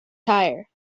tyre